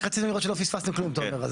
רק רציתי לראות שלא פספסתם כלום תומר,